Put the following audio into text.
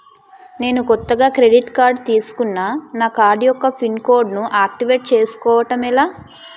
నేను కొత్తగా credit card తిస్కున్నా నా కార్డ్ యెక్క పిన్ కోడ్ ను ఆక్టివేట్ చేసుకోవటం ఎలా?